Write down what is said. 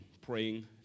praying